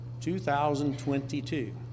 2022